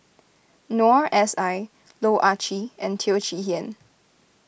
Noor S I Loh Ah Chee and Teo Chee Hean